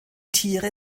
tiere